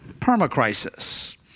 permacrisis